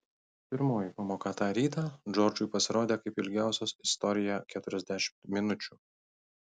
pirmoji pamoka tą rytą džordžui pasirodė kaip ilgiausios istorijoje keturiasdešimt minučių